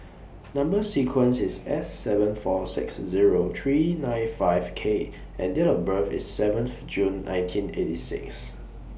Number sequence IS S seven four six Zero three nine five K and Date of birth IS seventh June nineteen eighty six